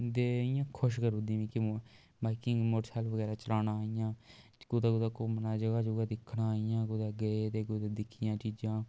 दे इ'यां खुश करुदी मिकी बाईकिंग मौटरसैकल बगैरा चलाना इ'यां कुदै कुदै घूमना जगह जुगह दिक्खनां इ'यां कुदै गे ते दिक्खियां चीजां